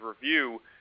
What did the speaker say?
review